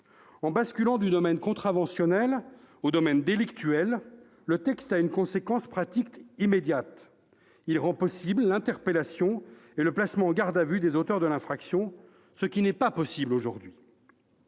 basculer du domaine contraventionnel au domaine délictuel, le texte a une conséquence pratique immédiate : il rend possibles l'interpellation et le placement en garde à vue des auteurs de l'infraction, aujourd'hui impossibles.